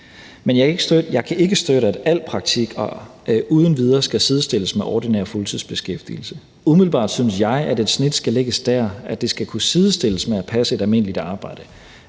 Men jeg kan ikke støtte, at al praktik uden videre skal sidestilles med ordinær fuldtidsbeskæftigelse. Umiddelbart synes jeg, at et snit skal lægges der, hvor det kan sidestilles med at passe et almindeligt arbejde,